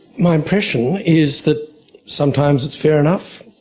my impression is that sometimes it's fair enough,